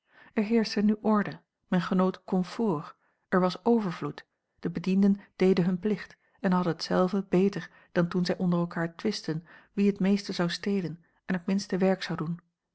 er heerschte nu orde men genoot comfort er was overvloed de bedienden deden hun plicht en hadden het zelven beter dan toen zij onder elkaar twistten wie het meeste zou stelen en het minste werk zou doen